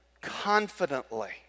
confidently